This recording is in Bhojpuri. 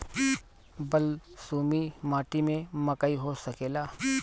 बलसूमी माटी में मकई हो सकेला?